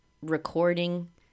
recording